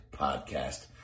podcast